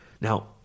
Now